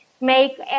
make